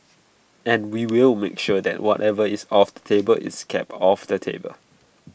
and we will make sure that whatever is off the table is kept off the table